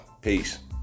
Peace